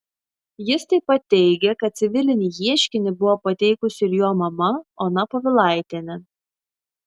jis taip pat teigė kad civilinį ieškinį buvo pateikusi ir jo mama ona povilaitienė